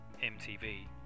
MTV